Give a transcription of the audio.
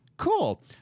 Cool